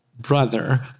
brother